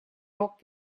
рог